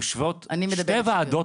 יושבות שתי ועדות